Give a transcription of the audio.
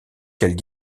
quelles